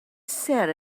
set